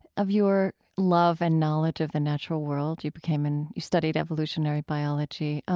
of your love and knowledge of the natural world. you became an you studied evolutionary biology.